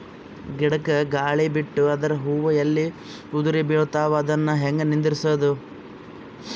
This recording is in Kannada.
ಗಿಡಕ, ಗಾಳಿ ಬಿಟ್ಟು ಅದರ ಹೂವ ಎಲ್ಲಾ ಉದುರಿಬೀಳತಾವ, ಅದನ್ ಹೆಂಗ ನಿಂದರಸದು?